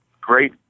great